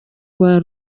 uwa